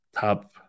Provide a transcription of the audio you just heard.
Top